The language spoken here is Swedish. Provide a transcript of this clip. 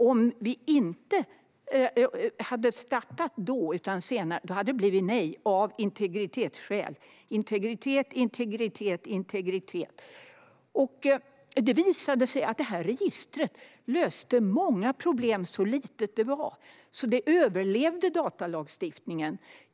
Om vi inte hade startat då utan senare hade det blivit nej av integritetsskäl - integritet, integritet, integritet! Det visade sig att detta register löste många problem, så litet det var, så det överlevde datalagstiftningen.